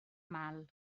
mal